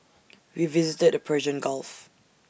we visited the Persian gulf